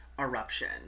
eruption